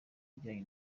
bijyanye